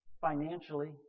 financially